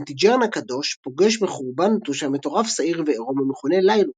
קנטיגרן הקדוש פוגש בחורבה נטושה מטורף שעיר ועירום המכונה ליילוקן,